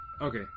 Okay